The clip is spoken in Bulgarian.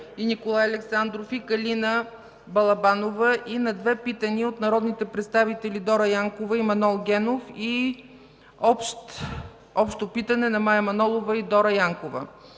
и Николай Александров и Калина Балабанова, и на две питания от народните представители Дора Янкова и Манол Генов, и общо питане на Мая Манолова и Дора Янкова.